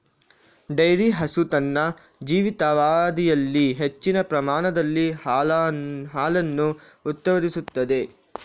dairy ಹಸು ತನ್ನ ಜೀವಿತಾವಧಿಯಲ್ಲಿ ಹೆಚ್ಚಿನ ಪ್ರಮಾಣದಲ್ಲಿ ಹಾಲನ್ನು ಉತ್ಪಾದಿಸುತ್ತದೆ